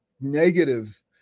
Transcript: negative